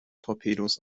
torpedos